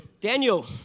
Daniel